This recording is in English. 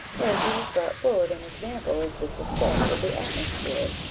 as you have brought forward an example of this effect of the atmosphere,